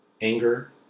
Anger